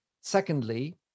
Secondly